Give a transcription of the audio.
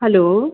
hello